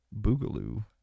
boogaloo